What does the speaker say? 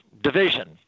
division